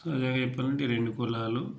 అలాగే చెప్పాలంటే ఈ రెండు కులాలు